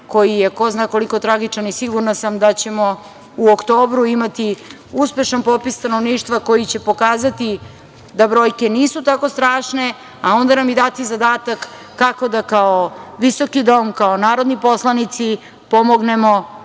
koji je ko zna koliko tragičan. Sigurna sam da ćemo u oktobru imati uspešan popis stanovništva koji će pokazati da brojke nisu tako strašne, a onda nam i dati zadatak kako da kao visoki Dom, kao narodni poslanici pomognemo